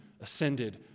ascended